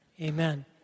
Amen